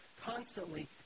constantly